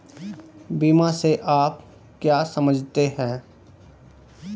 बीमा से आप क्या समझते हैं?